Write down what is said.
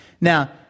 Now